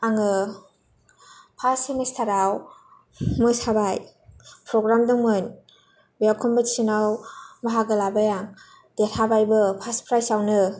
आङो फार्स्त सेमिसताराव मोसाबाय प्रग्राम दंमोन बेयाव कमपिटिसनाव बाहागो लाबाय आं देरहाबायबो फार्स्त प्राइसावनो